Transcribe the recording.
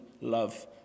love